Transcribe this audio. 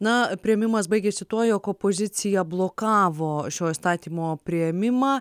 na priėmimas baigėsi tuo jog opozicija blokavo šio įstatymo priėmimą